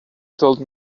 told